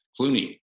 Clooney